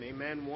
Amen